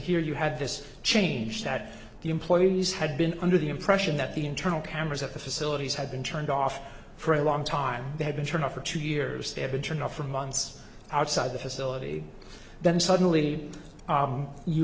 here you had this change that the employees had been under the impression that the internal cameras at the facilities had been turned off for a long time they have been turned off for two years they have been turned off for months outside the facility then suddenly